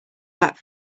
back